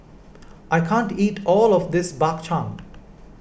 I can't eat all of this Bak Chang